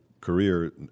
career